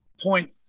point